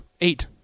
eight